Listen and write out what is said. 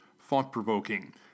thought-provoking